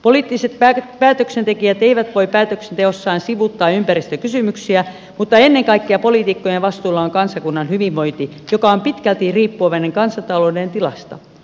poliittiset päätöksentekijät eivät voi päätöksenteossaan sivuuttaa ympäristökysymyksiä mutta ennen kaikkea poliitikkojen vastuulla on kansakunnan hyvinvointi joka on pitkälti riippuvainen kansantalouden tilasta